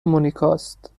مونیکاست